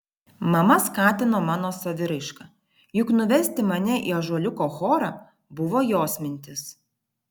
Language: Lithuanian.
mama skatino mano saviraišką juk nuvesti mane į ąžuoliuko chorą buvo jos mintis